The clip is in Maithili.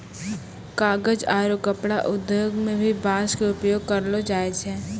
कागज आरो कपड़ा उद्योग मं भी बांस के उपयोग करलो जाय छै